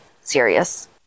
serious